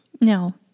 No